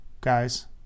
guys